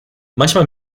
manchmal